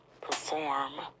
perform